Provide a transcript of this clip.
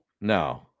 No